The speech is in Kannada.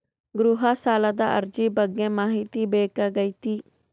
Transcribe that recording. ಗೃಹ ಸಾಲದ ಅರ್ಜಿ ಬಗ್ಗೆ ಮಾಹಿತಿ ಬೇಕಾಗೈತಿ?